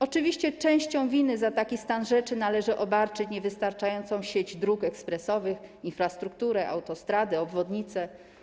Oczywiście częścią winy za taki stan rzeczy należy obarczyć niewystarczającą sieć dróg ekspresowych, infrastrukturę, autostrady, obwodnice.